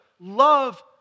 love